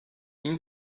این